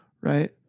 right